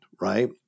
right